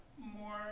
more